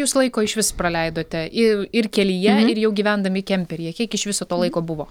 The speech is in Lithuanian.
jūs laiko išvis praleidote ir ir kelyje ir jau gyvendami kemperyje kiek iš viso to laiko buvo